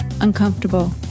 uncomfortable